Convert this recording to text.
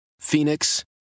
Phoenix